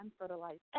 unfertilized